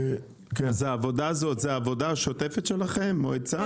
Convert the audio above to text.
זו העבודה השוטפת שלכם, מועצה?